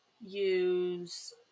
use